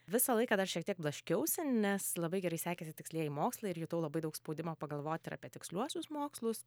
visą laiką dar šiek tiek blaškiausi nes labai gerai sekėsi tikslieji mokslai ir jutau labai daug spaudimo pagalvoti ir apie tiksliuosius mokslus